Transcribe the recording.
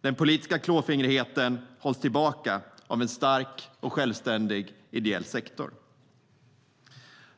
Den politiska klåfingrigheten hålls tillbaka av en stark och självständig ideell sektor.